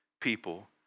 people